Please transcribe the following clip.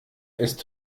ist